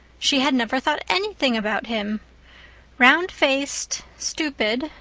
she had never thought anything about him round-faced, stupid,